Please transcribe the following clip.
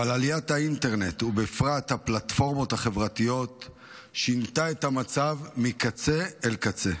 אבל עליית האינטרנט ובפרט הפלטפורמות החברתיות שינתה את המצב מקצה לקצה.